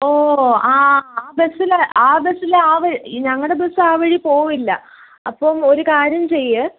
ഓ ആ ആ ബസ്സിൽ ആ ബസ്സിൽ ഞങ്ങളുടെ ബസ് ആ വഴി പോവില്ല അപ്പോൾ ഒരു കാര്യം ചെയ്യുക